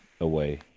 away